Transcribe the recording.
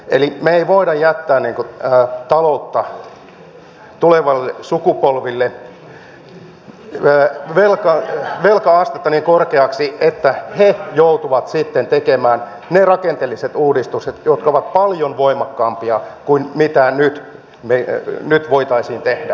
eli me emme voi jättää tuleville sukupolville velka astetta niin korkeaksi että he joutuvat sitten tekemään ne rakenteelliset uudistukset jotka ovat paljon voimakkaampia kuin mitä nyt voitaisiin tehdä